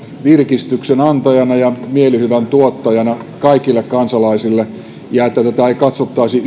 virkistyksen antajana ja mielihyvän tuottajana kaikille kansalaisille ja että tätä ei katsottaisi